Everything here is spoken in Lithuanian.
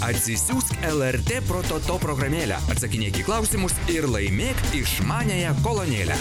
atsisiųsk lrt prototo programėlę atsakinėk į klausimus ir laimėk išmaniąją kolonėlę